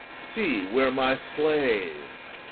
see, where my slave,